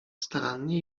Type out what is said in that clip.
starannie